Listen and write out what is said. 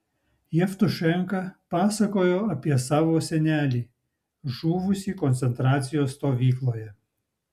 jevtušenka pasakojo apie savo senelį žuvusį koncentracijos stovykloje